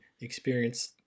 experience